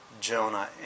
Jonah